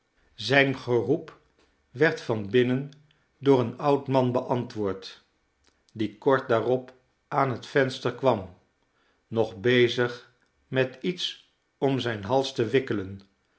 zijn geroep werd van binnen door een oud man beantwoord die kort daarop aan het venster kwam nog bezig met iets om zijn hals te wikkelen